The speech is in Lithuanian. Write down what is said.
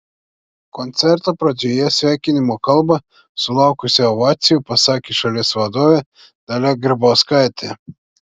koncerto pradžioje sveikinimo kalbą sulaukusią ovacijų pasakė šalies vadovė dalia grybauskaitė